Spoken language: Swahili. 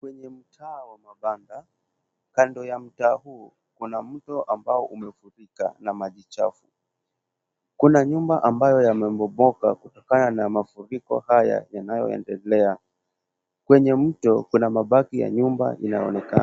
Kwenye mtaa wa mabanda, kando mtaa huu kuna mto ambao umefurika kwa maji chafu. Kuna nyumba ambayo yamebomoka na mafuriko haya yanayoendelea. Kwenye mto, kuna mabaki ya nyumba yanaonekana.